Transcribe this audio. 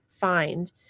find